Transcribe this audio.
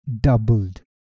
doubled